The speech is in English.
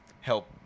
help